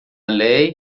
lei